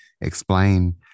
Explain